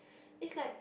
it's like